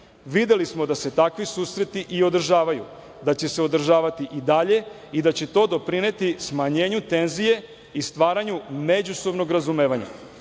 Videli smo da se takvi susreti i održavaju, da će se održavati i dalje i da će to doprineti smanjenju tenzije i stvaranju međusobnog razumevanja. Mediji,